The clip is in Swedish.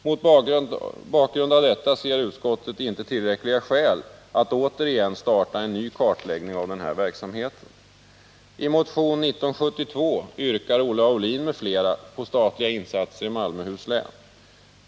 Mot bakgrund av detta ser utskottet inte tillräckliga skäl att återigen starta en ny kartläggning av denna verksamhet. I motion 1792 yrkar Olle Aulin m.fl. på statliga insatser i Malmöhus län.